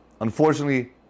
Unfortunately